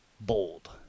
bold